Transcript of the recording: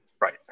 Right